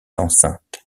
enceinte